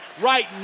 Right